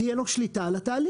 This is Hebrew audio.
תהיה לו שליטה על התהליך.